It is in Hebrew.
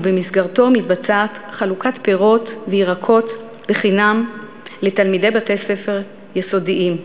ובמסגרתו מתבצעת חלוקת פירות וירקות בחינם לתלמידי בתי-ספר יסודיים,